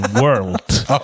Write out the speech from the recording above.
world